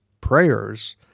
Prayers